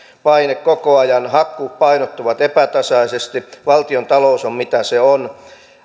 paine koko ajan hakkuut painottuvat epätasaisesti valtiontalous on mitä se on